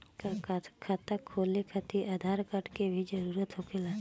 का खाता खोले खातिर आधार कार्ड के भी जरूरत होखेला?